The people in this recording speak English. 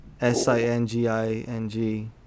S-I-N-G-I-N-G